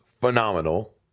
phenomenal